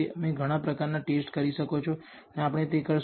તમે ઘણા પ્રકારના ટેસ્ટ કરી શકો છો અને આપણે તે કરશુ